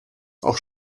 auch